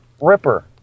Ripper